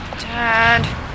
Dad